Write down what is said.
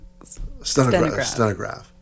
Stenograph